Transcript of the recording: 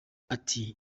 ati